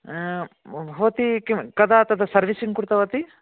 भवती किं कदा तत् सर्वीसिङ्ग् कृतवती